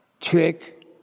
trick